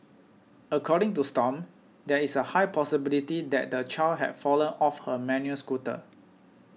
according to Stomp there is a high possibility that the child had fallen off her manual scooter